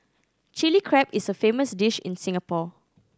Chilli Crab is a famous dish in Singapore